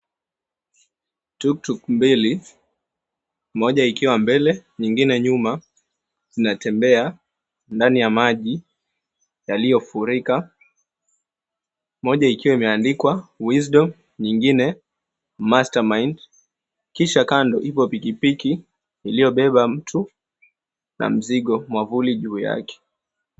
Tuktuk mbili moja ikiwa mbele na ingine nyuma inatembea ndani ya maji iliyofurika, moja ikiwa imeandikwa, Wisdom na ingine, Master Mind, kisha kando ipo pikipiki iliyobeba mtu na mzigo wamvuli juu yake.